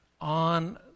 on